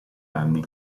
anni